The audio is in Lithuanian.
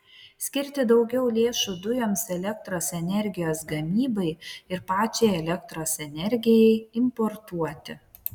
skirti daugiau lėšų dujoms elektros energijos gamybai ir pačiai elektros energijai importuoti